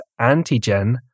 antigen